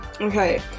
Okay